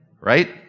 Right